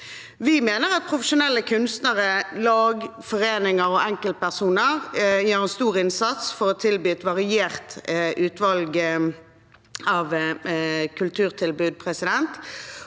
Vi mener at profesjonelle kunstnere, lag, foreninger og enkeltpersoner gjør en stor innsats for å tilby et variert utvalg av kulturtilbud.